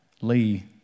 Lee